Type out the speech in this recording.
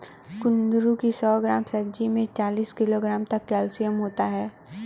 कुंदरू की सौ ग्राम सब्जी में चालीस मिलीग्राम तक कैल्शियम होता है